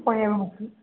ओ एवमस्ति